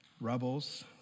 rebels